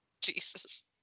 jesus